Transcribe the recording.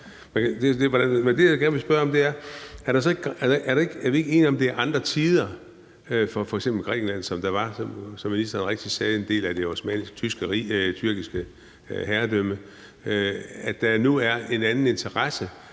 Men det, jeg gerne vil spørge om, er: Er vi ikke enige om, at det er andre tider i forhold til f.eks. Grækenland, der, som ministeren rigtigt sagde, var under Det Osmanniske Riges herredømme, og at der nu er en anden interesse